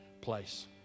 place